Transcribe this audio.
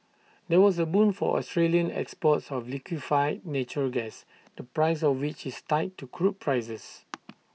that was A boon for Australian exports of liquefied natural gas the price of which is tied to crude prices